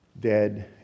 dead